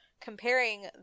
comparing